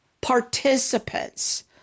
participants